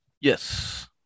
yes